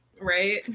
Right